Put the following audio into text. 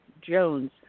Jones